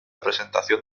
presentación